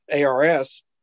ARS